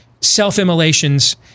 self-immolations